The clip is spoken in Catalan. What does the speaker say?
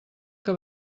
que